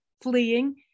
fleeing